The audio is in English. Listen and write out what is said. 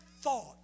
thought